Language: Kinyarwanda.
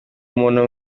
umuntu